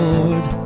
Lord